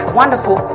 wonderful